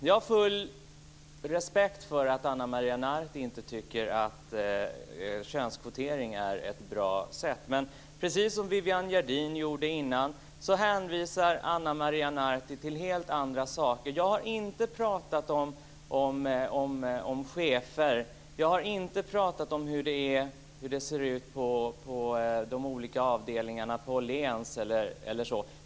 Jag har full respekt för att Ana Maria Narti inte tycker att könskvotering är bra, men precis som Viviann Gerdin gjorde tidigare hänvisar Ana Maria Narti till helt andra saker. Jag har inte pratat om chefer. Jag har inte pratat om hur det ser ut på de olika avdelningarna på Åhléns eller så.